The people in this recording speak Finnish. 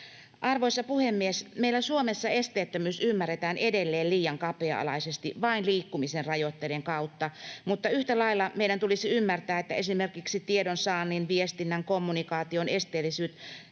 Arvoisa puhemies! Meillä Suomessa esteettömyys ymmärretään edelleen liian kapea-alaisesti vain liikkumisen rajoitteiden kautta, mutta yhtä lailla meidän tulisi ymmärtää, että esimerkiksi tiedonsaannin, viestinnän ja kommunikaation esteellisyys